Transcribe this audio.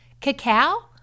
cacao